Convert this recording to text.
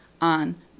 on